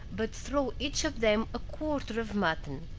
but throw each of them a quarter of mutton,